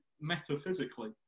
metaphysically